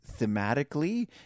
thematically